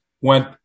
went